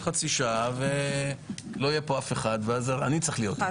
(הישיבה נפסקה בשעה 10:35 ונתחדשה בשעה